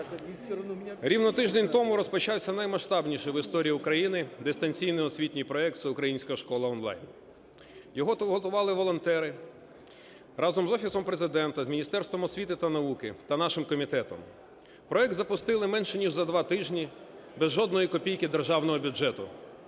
Рівно тиждень тому розпочався наймасштабніший в історії України дистанційний освітній проект "Всеукраїнська школа онлайн". Його готували волонтери разом з Офісом Президента, з Міністерством освіти та науки та нашим комітетом. Проект запустили менше ніж за 2 тижні без жодної копійки державного бюджету.